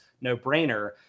no-brainer